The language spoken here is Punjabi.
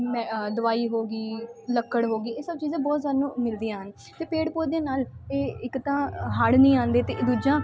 ਮ ਦਵਾਈ ਹੋ ਗਈ ਲੱਕੜ ਹੋ ਗਈ ਇਹ ਸਭ ਚੀਜ਼ਾਂ ਬਹੁਤ ਸਾਨੂੰ ਮਿਲਦੀਆਂ ਹਨ ਅਤੇ ਪੇੜ ਪੌਦਿਆਂ ਨਾਲ ਇਹ ਇੱਕ ਤਾਂ ਹੜ੍ਹ ਨਹੀਂ ਆਉਂਦੇ ਅਤੇ ਇੱਕ ਦੂਜਾ